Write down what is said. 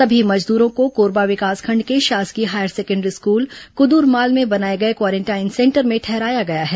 सभी मजदूरों को कोरबा विकासखंड के शासकीय हायर सेकेण्डरी स्कूल कुद्रमाल में बनाए गए क्वारेंटाइन सेंटर में ठहराया गया था